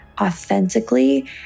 authentically